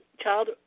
child